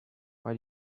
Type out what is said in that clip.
why